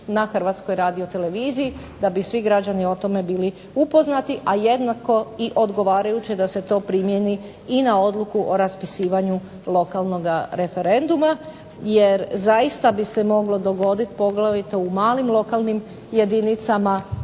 na Hrvatskoj radioteleviziji, da bi svi građani o tome bili upoznati, a jednako i odgovarajuće da se to primijeni i na odluku o raspisivanju lokalnoga referenduma, jer zaista bi se moglo dogoditi, poglavito u malim lokalnim jedinicama,